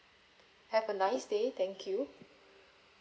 have a nice day thank you